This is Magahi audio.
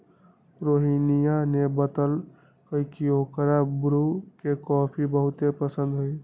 रोहिनीया ने बतल कई की ओकरा ब्रू के कॉफी बहुत पसंद हई